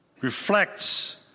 reflects